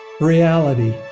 Reality